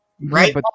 Right